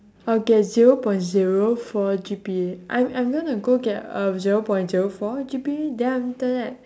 okay zero point zero four G_P_A I'm I'm gonna go get a zero point zero four G_P_A then after that